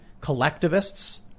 Collectivists